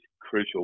crucial